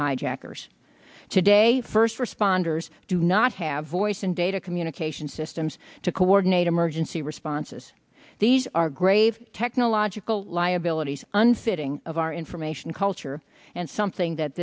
hijackers today first responders do not have voice and data communication systems to coordinate emergency responses these are grave technological liabilities unfitting of our information culture and something that